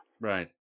Right